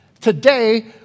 Today